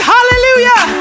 Hallelujah